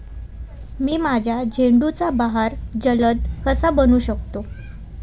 मी माझ्या झेंडूचा बहर जलद कसा बनवू शकतो?